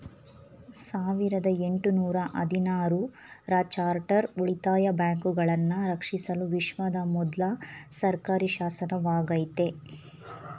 ಸಾವಿರದ ಎಂಟು ನೂರ ಹದಿನಾರು ರ ಚಾರ್ಟರ್ ಉಳಿತಾಯ ಬ್ಯಾಂಕುಗಳನ್ನ ರಕ್ಷಿಸಲು ವಿಶ್ವದ ಮೊದ್ಲ ಸರ್ಕಾರಿಶಾಸನವಾಗೈತೆ